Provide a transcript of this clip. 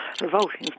Revolting